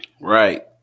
Right